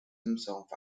themselves